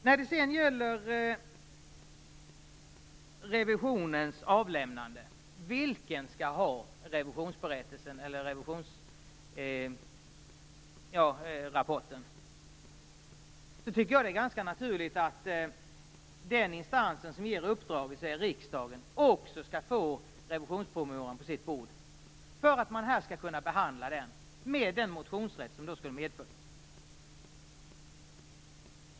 När det sedan gäller revisionens avlämnande - vem som skall ha revisionsberättelsen eller revisionsrapporten - tycker jag det är ganska naturligt att den instans som ger uppdraget, dvs. riksdagen, också skall få revisionspromemorian på sitt bord - för att vi här skall kunna behandla den, med den motionsrätt som skulle följa.